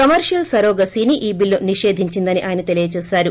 commercial సరొగేసీని ఈ bill నిషేధించిందని ఆయన తెలియజేశారు